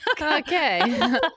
Okay